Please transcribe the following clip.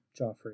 Joffrey